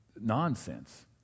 nonsense